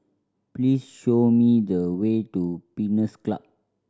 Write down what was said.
please show me the way to Pines Club